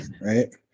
right